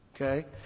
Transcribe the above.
Okay